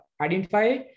identify